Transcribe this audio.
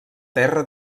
terra